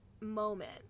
moment